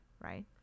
right